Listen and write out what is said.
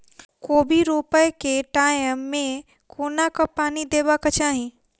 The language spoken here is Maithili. कोबी रोपय केँ टायम मे कोना कऽ पानि देबाक चही?